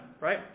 right